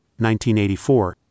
1984